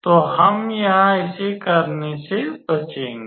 तो हम यहां इसे करने से बचेंगे